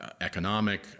economic